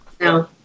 No